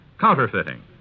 counterfeiting